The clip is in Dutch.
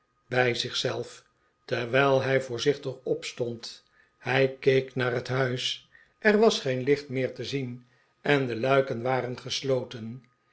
bij zich zelf terwijl hij voorzichtig opstond hij keek naar het huis er was geen licht meer te zien en de luiken waren gesloten